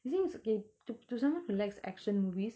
I think it's okay to to someone who likes action movies